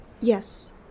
Yes